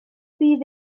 bydd